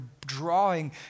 drawing